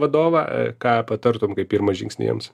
vadovą a ką patartum kaip pirmą žingsnį jiems